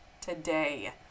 today